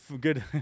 good